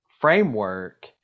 framework